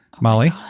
Molly